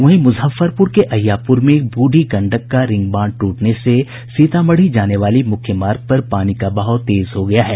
वहीं मुजफ्फरपुर के अहियापुर में बूढ़ी गंडक का रिंग बांध टूटने से सीतामढ़ी जाने वाली मुख्य मार्ग पर पानी का बहाव तेज हो गया है